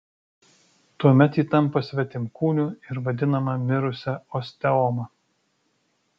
tuomet ji tampa svetimkūniu ir vadinama mirusia osteoma